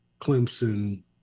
Clemson